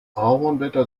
ahornblätter